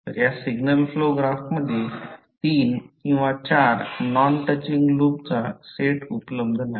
तर या signal flow ग्राफमध्ये तीन किंवा चार नॉन टचिंग लूपचा सेट उपलब्ध नाही